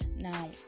Now